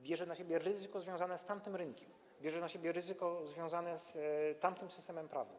Bierze na siebie ryzyko związane z tamtym rynkiem, bierze na siebie ryzyko związane z tamtym systemem prawnym.